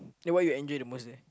then what you enjoy the most there